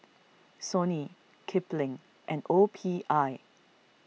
Sony Kipling and O P I